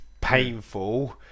painful